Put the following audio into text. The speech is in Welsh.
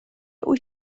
wyt